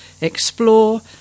explore